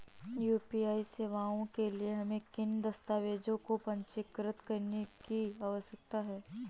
UPI सेवाओं के लिए हमें किन दस्तावेज़ों को पंजीकृत करने की आवश्यकता है?